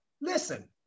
listen